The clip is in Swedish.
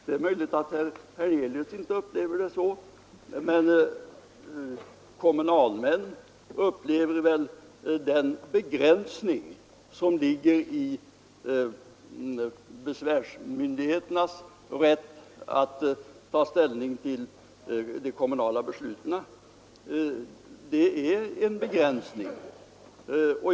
Det är möjligt att herr Hernelius inte upplever det så, men kommunalmännen upplever en begränsning i besvärsmyndigheternas rätt att ta ställning till de kommunala besluten. Det är en begränsning.